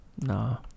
no